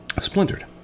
splintered